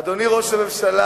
אדוני ראש הממשלה.